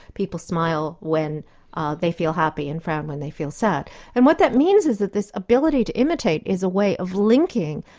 people smile when they feel happy and frown when they feel sad and what that means is that this ability to imitate is a way of linking,